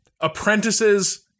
Apprentices